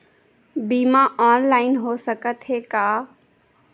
बीमा ऑनलाइन हो सकत हे का?